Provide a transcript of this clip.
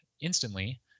instantly